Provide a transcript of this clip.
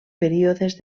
períodes